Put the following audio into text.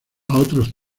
otros